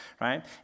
right